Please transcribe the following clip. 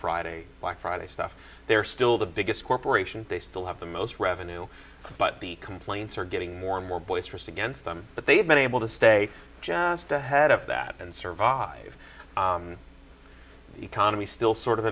friday black friday stuff they're still the biggest corporation they still have the most revenue but the complaints are getting more and more boisterous against them but they've been able to stay just ahead of that and survive the economy still sort of